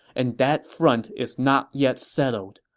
and that front is not yet settled.